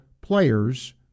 players